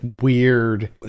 weird